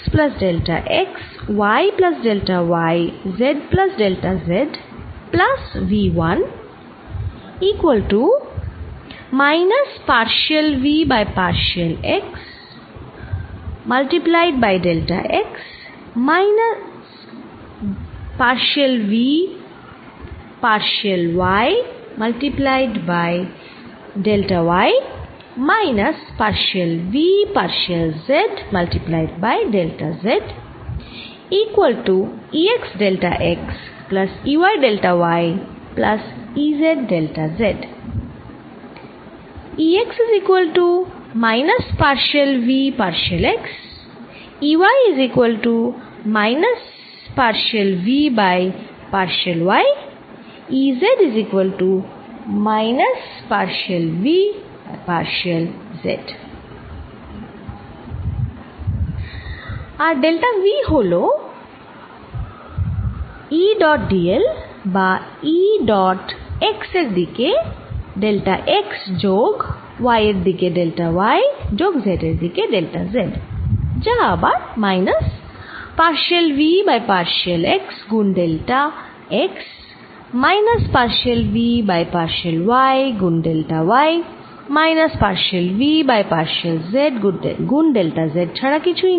আর delta v যা হল E dot d l বা E ডট x দিকে ডেল্টা x যোগ y দিকে ডেল্টা y যোগ z দিকে ডেল্টা z যা আবার minus partial v by partial x গুণ delta x minus partial v by partial y গুণ delta y minus partial v by partial z গুন ডেল্টা z ছাড়া কিছুই না